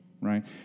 right